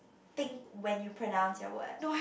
think when you pronounce your words